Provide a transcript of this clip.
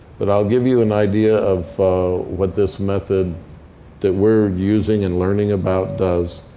but i'll give you an idea of what this method that we're using and learning about does.